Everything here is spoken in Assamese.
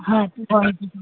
হয়